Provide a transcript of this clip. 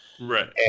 Right